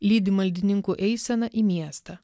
lydi maldininkų eiseną į miestą